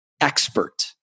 expert